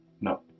No